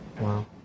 Wow